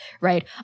right